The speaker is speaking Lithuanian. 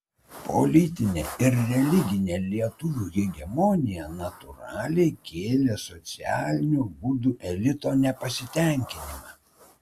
politinė ir religinė lietuvių hegemonija natūraliai kėlė socialinio gudų elito nepasitenkinimą